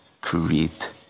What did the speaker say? create